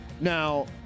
Now